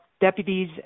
deputies